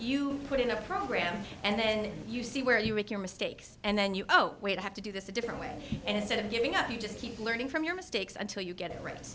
you put in a program and then you see where you make your mistakes and then you oh wait i have to do this a different way and instead of giving up you just keep learning from your mistakes until you get it right